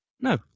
No